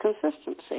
consistency